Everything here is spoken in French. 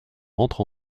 rentre